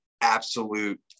Absolute